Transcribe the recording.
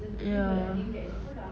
ya